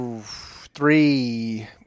Three